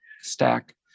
stack